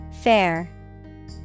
fair